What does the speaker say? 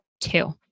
two